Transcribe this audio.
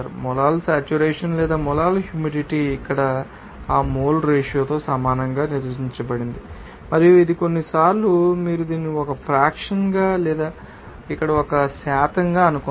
molal saturation లేదా molal humidity ఇక్కడ ఆ మోల్ రేషియో తో సమానంగా నిర్వచించబడింది మరియు ఇది కొన్నిసార్లు మీరు దీనిని ఒక ఫ్రాక్షన్ గా లేదా ఇక్కడ ఒక శాతంగా అనుకుందాం